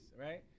Right